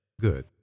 Good